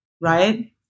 right